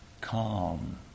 calm